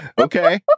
Okay